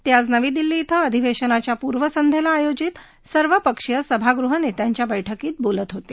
ते आज नवी दिल्ली इथं अधिवेशनाच्या पूर्वसंध्येला आयोजित सर्वपक्षीय सभागृह नेत्यांच्या बैठकीत बोलत होते